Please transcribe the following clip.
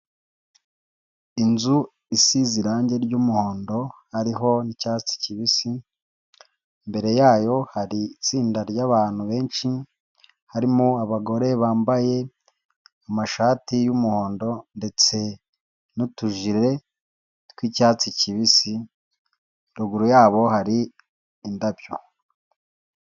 Inzu isize irange ry'muhondo, hariho n'icyatsi kibisi, imbere yayo hari itsinda ry'abantu benshi, harimo abagore bambaye amashati y'umuhondo ndetse n'utujire tw'icyatsi kibisi, ruguru yabo hari indabyo.